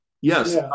yes